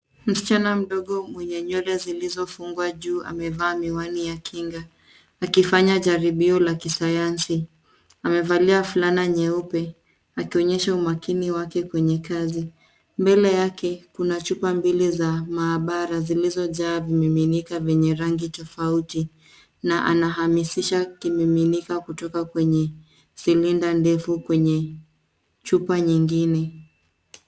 Msichana mdogo mwenye nywele zilizofungwa juu amevaa miwani ya kinga akifanya jaribio la kisayansi. Amevalia fulana nyeupe akionyesha umakini wake kwenye kazi. Mbele yake kuna chupa mbili za maabara zilizojaa vimiminika vyenye rangi tofauti na anahamisisha kimiminika kutoka kwenye silinda ndefu kwenye chupa nyingine.